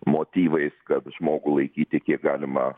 motyvais kad žmogų laikyti kiek galima